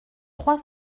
trois